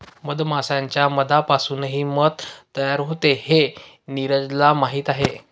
मधमाश्यांच्या मधापासूनही मध तयार होते हे नीरजला माहीत आहे